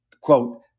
quote